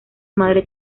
madre